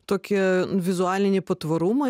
tokį vizualinį patvarumą